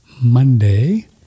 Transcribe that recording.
Monday